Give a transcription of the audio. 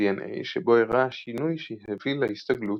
ה-DNA שבו אירע השינוי שהביא להסתגלות.